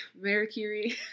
Mercury